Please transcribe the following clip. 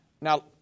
Now